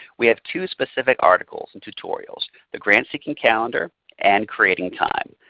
we have two specific articles and tutorials the grantseeking calendar and creating time.